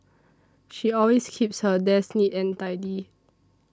she always keeps her desk neat and tidy